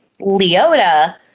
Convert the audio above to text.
Leota